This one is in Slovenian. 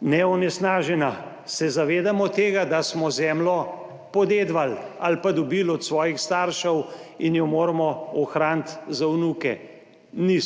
neonesnažena, se zavedamo tega, da smo zemljo podedovali ali pa dobili od svojih staršev in jo moramo ohraniti za vnuke? Ne!